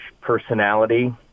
personality